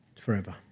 forever